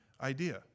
idea